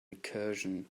recursion